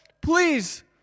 please